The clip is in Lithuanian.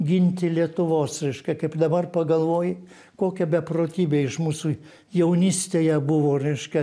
ginti lietuvos reiškia kaip dabar pagalvoju kokia beprotybė iš mūsų jaunystėje buvo reiškia